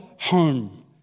home